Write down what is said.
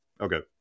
Okay